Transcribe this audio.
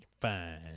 Fine